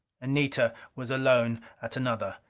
anita was alone at another.